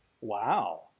Wow